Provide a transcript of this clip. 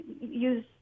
use